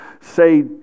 say